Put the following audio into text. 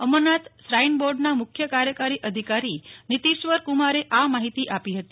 Amarnath shrine બોર્ડના મુખ્ય કાર્યકારી અધિકારી નીતિશ્વર કુમારે આ માહીત આપી હતી